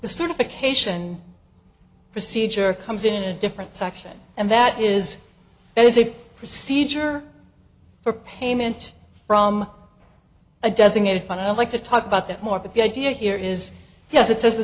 the certification procedure comes in a different section and that is there is a procedure for payment from a designated fund i'd like to talk about that more could be idea here is yes it says the